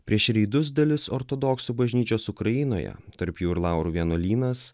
prieš reidus dalis ortodoksų bažnyčios ukrainoje tarp jų ir laurų vienuolynas